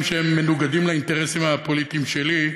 שהם מנוגדים לאינטרסים הפוליטיים שלי.